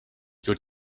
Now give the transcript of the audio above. your